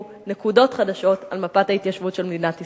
נקודות חדשות על מפת ההתיישבות של מדינת ישראל.